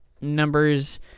numbers